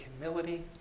humility